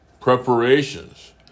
preparations